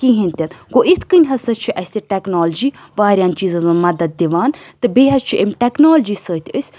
کِہیٖنٛۍ تہِ گوٚو یِتھٕ کٔنۍ ہَسا چھِ اَسہِ ٹیٚکنالجی واریاہَن چیٖزَن منٛز مَدَتھ دِوان تہٕ بیٚیہِ حظ چھِ اَمہِ ٹیٚکنالجی سۭتۍ أسۍ